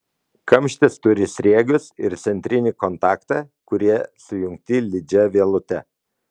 kamštis turi sriegius ir centrinį kontaktą kurie sujungti lydžia vielute